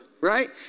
Right